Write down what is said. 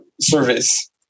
service